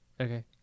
Okay